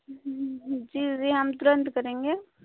जी जी हम तुरंत करेंगे